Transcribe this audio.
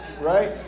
right